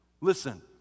listen